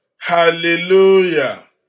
Hallelujah